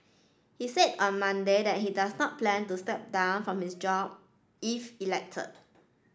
he said on Monday that he does not plan to step down from his job if elected